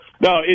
no